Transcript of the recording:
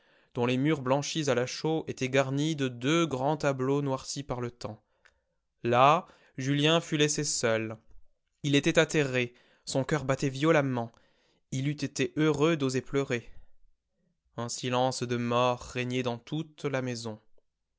dont les murs blanchis à la chaux étaient garnis de deux grands tableaux noircis par le temps là julien fut laissé seul il était atterré son coeur battait violemment il eût été heureux d'oser pleurer un silence de mort régnait dans toute la maison